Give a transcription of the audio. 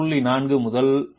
4 முதல் 0